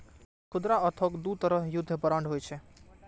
खुदरा आ थोक दू तरहक युद्ध बांड होइ छै